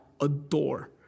adore